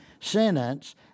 sentence